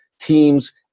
teams